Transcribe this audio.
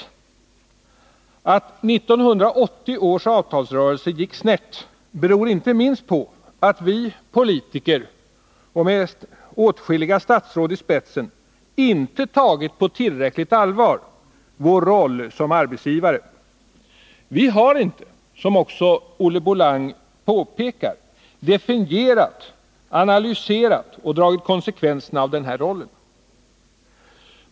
Att 1980 års avtalsrörelse gick snett beror icke minst på att vi politiker, med åtskilliga statsråd i spetsen, inte tagit på tillräckligt allvar vår roll som arbetsgivare. Vi har inte, som också Olle Bolang påpekar, definierat, analyserat och dragit konsekvenserna av denna roll.